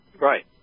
Right